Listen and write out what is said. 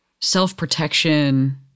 self-protection